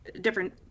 different